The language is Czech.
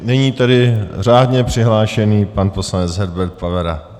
Nyní tedy řádně přihlášený pan poslanec Herbert Pavera.